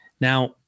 Now